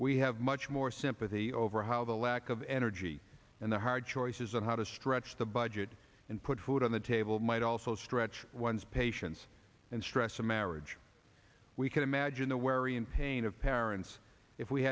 we have much more sympathy over how the lack of energy and the hard choices on how to stretch the budget and put food on the table might also stretch one's patience and stress a marriage we could imagine a wary and pain of parents if we